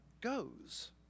goes